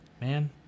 man